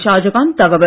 ஷாஜஹான் தகவல்